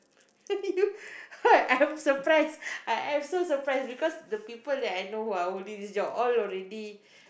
you what I'm surprised I am so surprised because the people that I know who holding this job all already